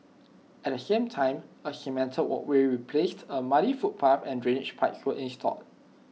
at the same time A cemented walkway replaced A muddy footpath and drainage pipes were installed